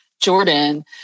Jordan